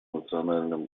национальным